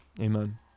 Amen